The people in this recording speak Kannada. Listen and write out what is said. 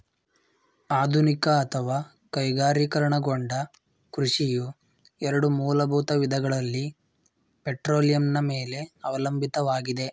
ಆಧುನಿಕ ಅಥವಾ ಕೈಗಾರಿಕೀಕರಣಗೊಂಡ ಕೃಷಿಯು ಎರಡು ಮೂಲಭೂತ ವಿಧಗಳಲ್ಲಿ ಪೆಟ್ರೋಲಿಯಂನ ಮೇಲೆ ಅವಲಂಬಿತವಾಗಿದೆ